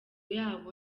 yabo